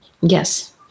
yes